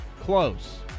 Close